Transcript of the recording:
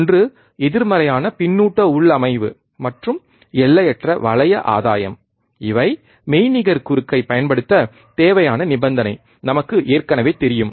ஒன்று எதிர்மறையான பின்னூட்ட உள்ளமைவு மற்றும் எல்லையற்ற வளைய ஆதாயம் இவை மெய்நிகர் குறுக்கை பயன்படுத்தத் தேவையான நிபந்தனை நமக்கு ஏற்கனவே தெரியும்